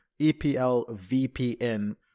EPLVPN